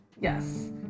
Yes